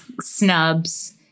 snubs